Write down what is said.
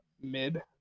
mid